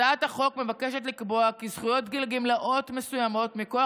הצעת החוק מבקשת לקבוע כי זכויות לגמלאות מסוימות מכוח